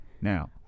Now